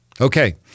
Okay